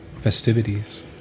festivities